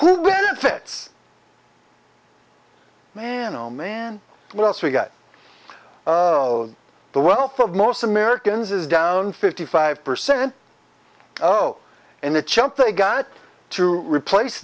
benefits man oh man what else we got oh the wealth of most americans is down fifty five percent oh and the chump they got to replace